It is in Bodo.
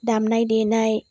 दामनाय देनाय